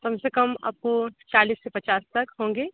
कम से कम आपको चालीस से पचास तक होंगे